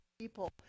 people